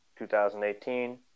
2018